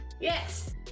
Yes